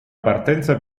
partenza